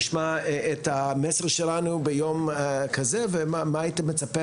נשמע את המסר שלך ביום כזה ומה היית מצפה